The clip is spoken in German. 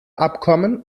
abkommen